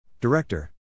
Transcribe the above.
Director